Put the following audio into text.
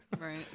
Right